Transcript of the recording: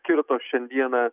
kirto šiandieną